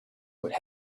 would